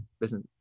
business